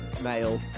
male